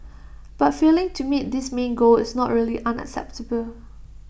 but failing to meet this main goal is not really unacceptable